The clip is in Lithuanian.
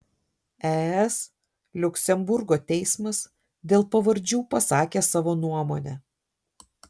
es liuksemburgo teismas dėl pavardžių pasakė savo nuomonę